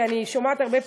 כי אני שומעת הרבה,